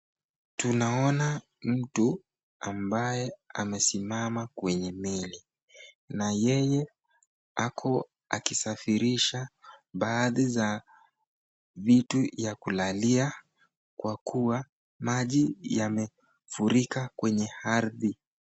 Tunaona mtu ambaye amesimama kwenye meli, na yeye ako akisafirisha baadhi za vitu ya kulalia, kwa kuwa maji yamefurika kwenye ardhi.